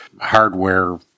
hardware